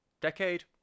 decade